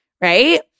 right